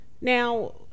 Now